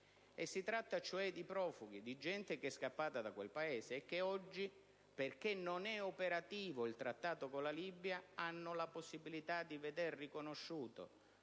si tratta cioè di profughi, ossia gente che è scappata da quel Paese e che oggi - perché non è operativo il Trattato con la Libia - ha la possibilità di vedere riconosciuto,